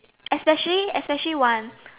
especially especially one